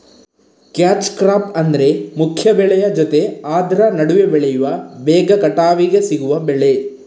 catch crop ಅಂದ್ರೆ ಮುಖ್ಯ ಬೆಳೆಯ ಜೊತೆ ಆದ್ರ ನಡುವೆ ಬೆಳೆಯುವ ಬೇಗ ಕಟಾವಿಗೆ ಸಿಗುವ ಬೆಳೆ